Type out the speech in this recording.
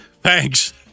Thanks